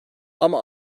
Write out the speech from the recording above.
ama